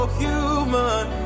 human